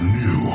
new